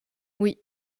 oui